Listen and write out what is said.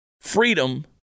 Freedom